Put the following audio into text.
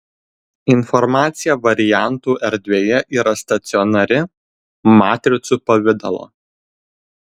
informacija variantų erdvėje yra stacionari matricų pavidalo